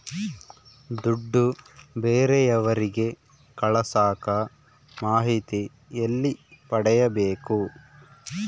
ದುಡ್ಡು ಬೇರೆಯವರಿಗೆ ಕಳಸಾಕ ಮಾಹಿತಿ ಎಲ್ಲಿ ಪಡೆಯಬೇಕು?